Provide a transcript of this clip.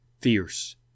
fierce